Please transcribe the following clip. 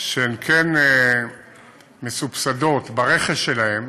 שהן כן מסובסדות ברכש שלהן,